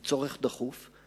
הוא צורך דחוף.